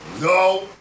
No